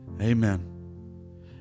Amen